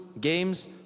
games